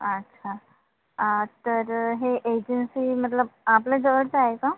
अच्छा तर हे एजन्सी मतलब आपल्या जवळचं आहे का